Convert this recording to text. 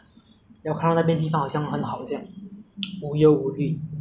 所以如果我放弃一切的话 hor 就是放弃我的家庭在这里